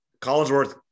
Collinsworth